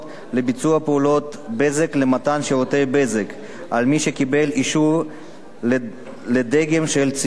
בזק ולמתן שירותי בזק על מי שקיבל אישור לדגם של ציוד קצה לשם